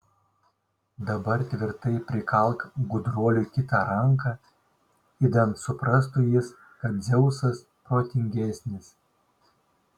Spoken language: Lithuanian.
dabar tvirtai prikalk gudruoliui kitą ranką idant suprastų jis kad dzeusas protingesnis